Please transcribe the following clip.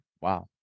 Wow